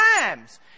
times